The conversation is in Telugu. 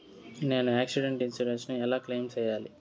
నేను ఆక్సిడెంటల్ ఇన్సూరెన్సు ను ఎలా క్లెయిమ్ సేయాలి?